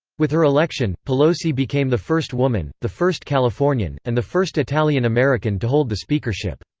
with her election, pelosi became the first woman, the first californian, and the first italian-american to hold the speakership.